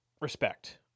Respect